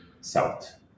south